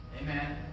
Amen